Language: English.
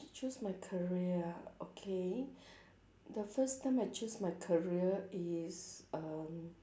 choose my career ah okay the first time I choose my career is um